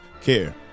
Care